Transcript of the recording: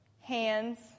hands